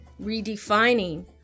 redefining